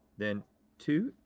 then two,